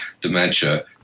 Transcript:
dementia